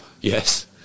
Yes